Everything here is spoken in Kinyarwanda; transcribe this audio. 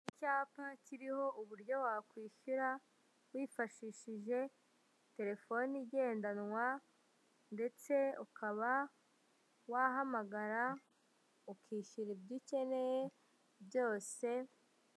Icyapa kiriho uburyo wakwishyura, wifashishije telefoni igendanwa ndetse ukaba wahamagara ukishyura ibyo ukeneye byose.